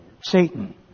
Satan